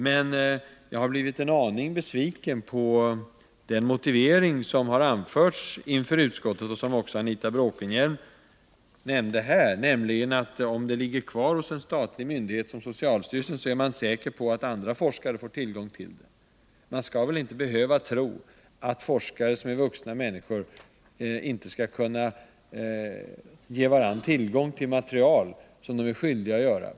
Men jag har blivit en aning besviken på den motivering som har anförts inför utskottet och som också Anita Bråkenhielm nämnde här, nämligen att om registret ligger kvar hos en statlig myndighet som socialstyrelsen är man säker på att andra forskare får tillgång till det. Man skall väl inte behöva tro att forskare kommer att vägra att ge varandra tillgång till material på ett opartiskt sätt som de är skyldiga att göra.